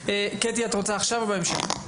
קטי את רוצה עכשיו או בהמשך?